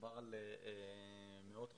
מדובר על מאות רבות,